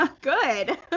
Good